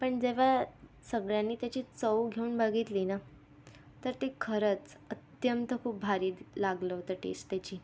पण जेव्हा सगळ्यांनी त्याची चव घेऊन बघितली ना तर ती खरंच अत्यंत खूप भारी लागलं होतं टेस्ट त्याची